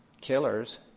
killers